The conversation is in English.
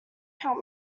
help